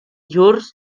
llurs